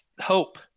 hope